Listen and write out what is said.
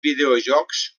videojocs